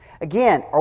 Again